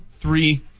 three